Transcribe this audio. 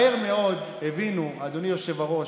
מהר מאוד הבינו, אדוני היושב-ראש,